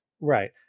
Right